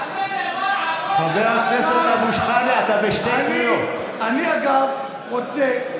על זה נאמר על ראש הגנב בוער הכובע.